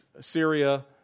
Syria